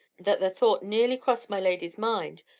that the thought nearly crossed my lady's mind,